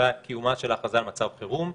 בקיומה של ההכרזה על מצב חירום.